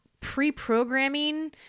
pre-programming